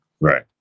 right